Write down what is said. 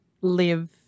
live